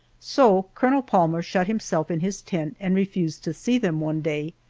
so colonel palmer shut himself in his tent and refused to see them one day,